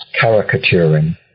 caricaturing